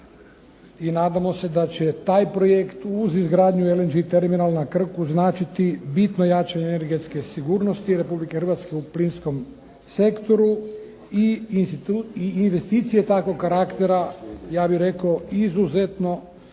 i nadamo se da će taj projekt uz izgradnju LNG terminal na Krku značiti bitno jače energetske sigurnosti Republike Hrvatske u plinskom sektoru i investicije takvog karaktera, ja bih rekao izuzetno